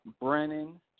Brennan